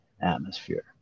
atmosphere